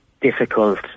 difficult